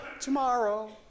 tomorrow